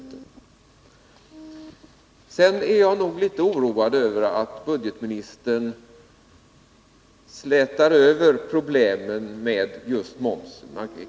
27 november 1981 Sedan är jag oroad över att budgetministern slätar över problemen med just momsen.